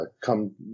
come